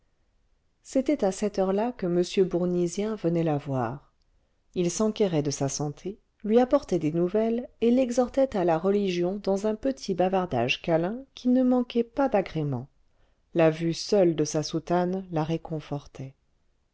c'était à cette heure-là que m bournisien venait la voir il s'enquérait de sa santé lui apportait des nouvelles et l'exhortait à la religion dans un petit bavardage câlin qui ne manquait pas d'agrément la vue seule de sa soutane la réconfortait